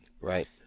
Right